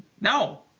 No